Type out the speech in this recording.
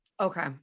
Okay